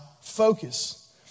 focus